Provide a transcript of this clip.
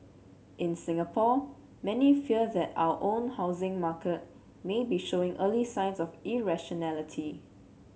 in Singapore many fear that our own housing market may be showing early signs of irrationality